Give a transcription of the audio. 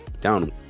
down